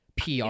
PR